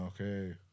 Okay